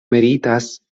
meritas